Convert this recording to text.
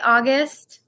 August